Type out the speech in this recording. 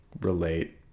relate